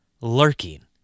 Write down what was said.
lurking